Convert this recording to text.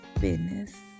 business